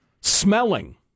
Smelling